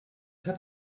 hat